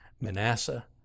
Manasseh